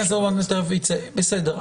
בסדר.